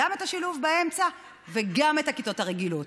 גם את השילוב באמצע וגם את הכיתות הרגילות.